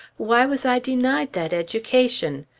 why was i denied that education?